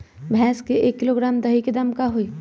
भैस के एक किलोग्राम दही के दाम का होई?